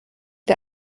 der